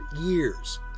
years